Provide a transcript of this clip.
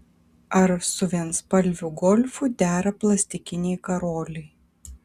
ar su vienspalviu golfu dera plastikiniai karoliai